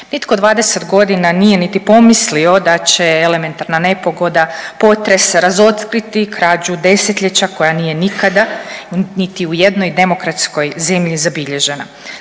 Nitko 20 godina nije niti pomislio da će elementarna nepogoda, potres razotkriti krađu desetljeća koja nije nikada niti u jednoj demokratskoj zemlji zabilježena.